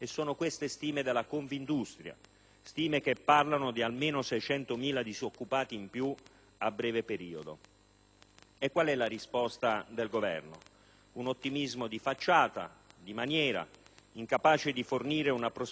stime che parlano di almeno 600.000 disoccupati in più a breve periodo. E qual è la risposta del Governo? Un ottimismo di facciata, di maniera, incapace di fornire una prospettiva coerente di medio termine.